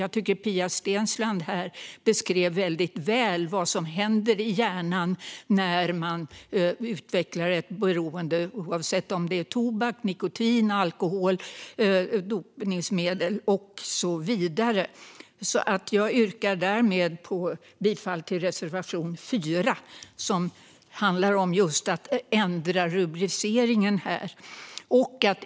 Jag tycker att Pia Steensland väldigt väl beskrev vad som händer i hjärnan när man utvecklar ett beroende, oavsett om det är tobak, narkotika, alkohol, dopningsmedel och så vidare. Jag yrkar därmed bifall till reservation 4 som handlar om att ändra rubriceringen av det här.